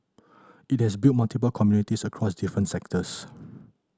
it has built multiple communities across different sectors